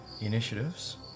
initiatives